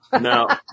No